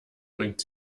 bringt